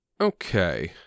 Okay